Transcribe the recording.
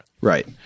Right